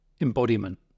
embodiment